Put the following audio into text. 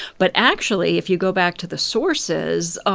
but actually, if you go back to the sources,